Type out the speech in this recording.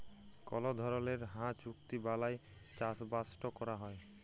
call ধরলের হাঁ চুক্তি বালায় চাষবাসট ক্যরা হ্যয়